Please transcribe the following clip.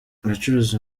abacuruzi